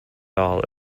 all